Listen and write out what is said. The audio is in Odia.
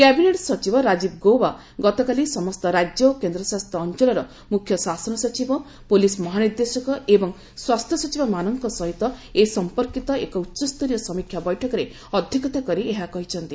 କ୍ୟାବିନେଟ ସଚିବ ରାଜୀବ ଗୌବା ଗତକାଲି ସମସ୍ତ ରାଜ୍ୟ ଓ କେନ୍ଦ୍ରଶାସିତ ଅଞ୍ଚଳର ମୁଖ୍ୟ ଶାସନ ସଚିବ ପୁଲିସ ମହାନିର୍ଦ୍ଦେଶକ ଏବଂ ସ୍ନାସ୍ଥ୍ୟସଚିବ ମାନଙ୍କ ସହିତ ଏ ସମ୍ପର୍କୀତ ଏକ ଉଚ୍ଚସ୍ତରୀୟ ସମୀକ୍ଷା ବୈଠକରେ ଅଧ୍ୟକ୍ଷତା କରି ଏହା କହିଛନ୍ତି